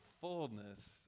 fullness